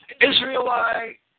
Israelite